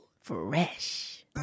Fresh